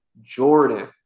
Jordan